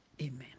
Amen